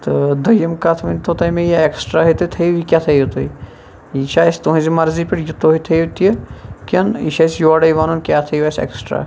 تہٕ دوٚیِم کَتھ ؤنۍتَو تُہۍ مےٚ یہِ ایٚکسٹرا ہا تُہۍ تھٲیِو یہِ کیا تھٲیِو تُہۍ یہِ چھا اَسہِ تُہٕنٛزِ مَرضی پیٹھ یہِ تُہۍ تھٲیِو تی کِن یہِ چھُ اَسہِ یورے وَنُن کیا تھٲیِو اَسہِ ایٚکسٹرا